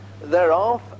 thereof